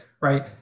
right